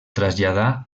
traslladarà